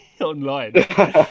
online